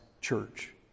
church